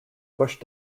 bush